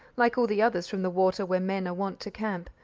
like all the others from the water where men are wont to camp,